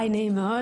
היי, נעים מאוד.